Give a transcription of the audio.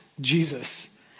Jesus